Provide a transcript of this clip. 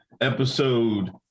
Episode